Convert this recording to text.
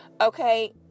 Okay